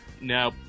no